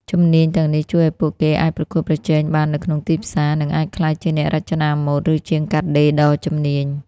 ជំនាញទាំងនេះជួយឱ្យពួកគេអាចប្រកួតប្រជែងបាននៅក្នុងទីផ្សារ និងអាចក្លាយជាអ្នករចនាម៉ូដ ឬជាងកាត់ដេរដ៏ជំនាញ។